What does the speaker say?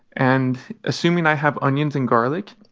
and assuming i have onions and garlic,